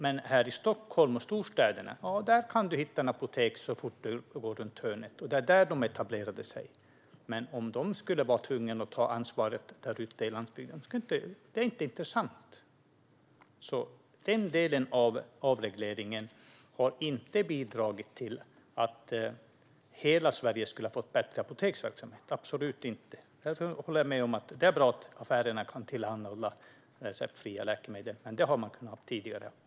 Men här i Stockholm och storstäderna kan man hitta ett apotek så fort man går runt hörnet. Det var där de etablerade sig, men om de skulle vara tvungna att ta ansvaret ute på landsbygden vore det inte intressant. Den delen av avregleringen har inte bidragit till att hela Sverige skulle ha fått bättre apoteksverksamhet, absolut inte. Jag håller med om att det är bra att affärerna kan tillhandahålla receptfria läkemedel, men det har de också kunnat göra tidigare.